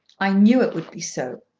i knew it would be so.